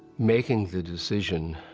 making the decision.